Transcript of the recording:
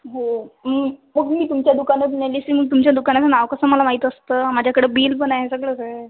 हो मी हो मी तुमच्या दुकानात नेली असलं मग तुमच्या दुकानाचं नाव कसं मला माहीत असतं माझ्याकडे बिल पण आहे सगळंच आहे